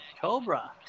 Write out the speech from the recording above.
Cobra